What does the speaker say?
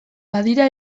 badira